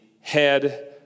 head